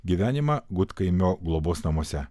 gyvenimą gudkaimio globos namuose